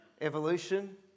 evolution